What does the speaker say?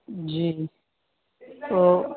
جی تو